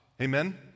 Amen